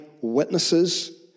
witnesses